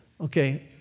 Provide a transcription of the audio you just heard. okay